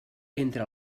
entre